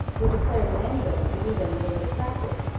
who declared that anybody could do them with a little practice,